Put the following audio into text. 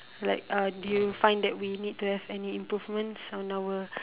like uh did you find that we need to have any improvements on our